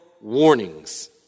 warnings